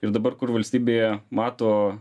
ir dabar kur valstybėje mato